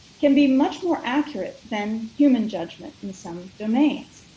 can be much more accurate than human judgment in some domains.